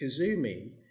Kazumi